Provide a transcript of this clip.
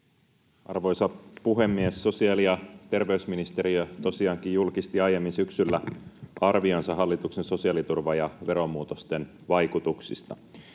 Arvoisa puhemies! Sosiaali- ja terveysministeriö tosiaankin julkisti aiemmin syksyllä arvionsa hallituksen sosiaaliturvan ja veromuutosten vaikutuksista.